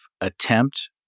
attempt